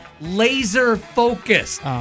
laser-focused